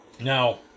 Now